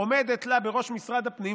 עומדת לה בראש משרד הפנים,